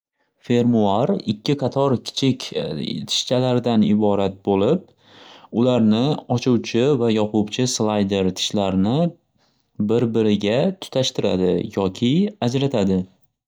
Fermuar ikki qator kichik tishchalardan iborat bo'lib ularni ochuvchi va yopuvchi slayder tishlarni bir biriga tutashtiradi yoki ajratadi.